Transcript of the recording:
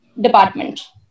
department